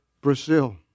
Brazil